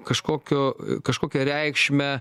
kažkokio kažkokią reikšmę